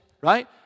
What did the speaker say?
right